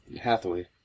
Hathaway